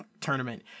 tournament